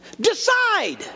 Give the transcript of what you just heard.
decide